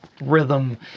rhythm